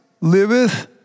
liveth